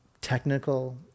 technical